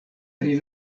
pri